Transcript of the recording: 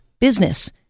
business